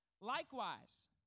Likewise